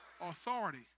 Authority